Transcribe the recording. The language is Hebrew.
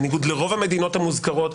בניגוד לרוב המדינות המוזכרות,